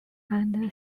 and